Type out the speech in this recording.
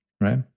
right